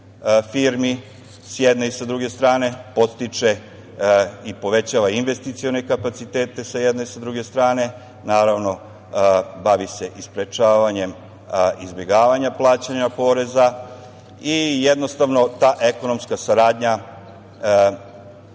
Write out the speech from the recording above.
firmi sa jedne i sa druge strane, podstiče i povećava investicione kapacitete sa jedne i sa druge strane. Naravno, bavi se i sprečavanjem izbegavanja plaćanja poreza i jednostavno ta ekonomska saradnja